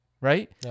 right